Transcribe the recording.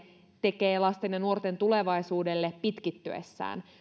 tekee lasten ja nuorten tulevaisuudelle pitkittyessään